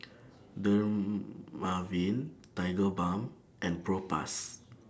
Dermaveen Tigerbalm and Propass